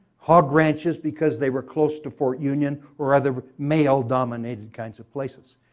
hub ranches because they were close to fort union or other male dominated kinds of places.